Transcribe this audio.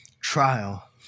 trial